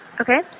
Okay